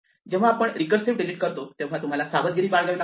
जेव्हा आपण recursive delete करतो तेव्हा तुम्हाला सावधगिरी बाळगावी लागते